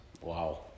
Wow